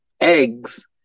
eggs